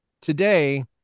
today